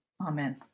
amen